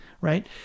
right